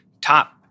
top